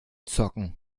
zocken